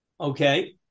Okay